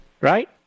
Right